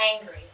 angry